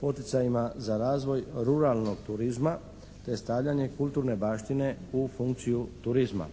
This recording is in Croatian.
poticajima za razvoj ruralnog turizma te stavljanje kulturne baštine u funkciju turizma.